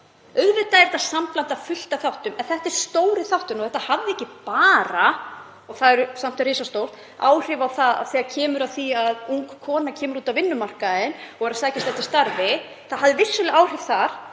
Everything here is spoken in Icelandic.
Auðvitað er þetta sambland af fullt af þáttum en þetta er stóri þátturinn. Þetta hafði ekki bara, og það er samt risastórt, áhrif þegar kemur að því að ung kona kemur út á vinnumarkaðinn og er að sækjast eftir starfi. Það hafði vissulega áhrif þar,